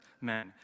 men